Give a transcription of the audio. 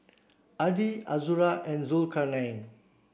Adi Azura and Zulkarnain